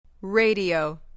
Radio